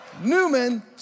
Newman